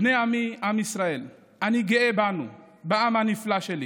בני עמי, עם ישראל, אני גאה בנו, בעם הנפלא שלי,